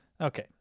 Okay